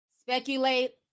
speculate